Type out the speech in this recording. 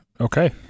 Okay